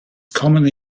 commonly